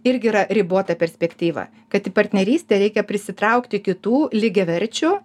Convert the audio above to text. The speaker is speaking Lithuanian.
irgi yra ribota perspektyva kad į partnerystę reikia prisitraukti kitų lygiaverčių